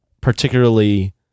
particularly